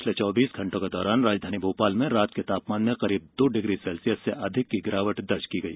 पिछले चौबीस घण्टों के दौरान राजधानी भोपाल में रात के तापमान में करीब दो डिग्री सेल्सियस से अधिक की गिरावट दर्ज की गई